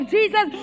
Jesus